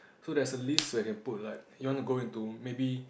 so there's a list where you can put like you want to go into maybe